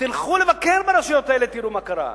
תלכו לבקר ברשויות האלה, תראו מה קרה.